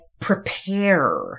prepare